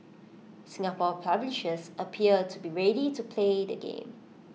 Singapore publishers appear to be ready to play the game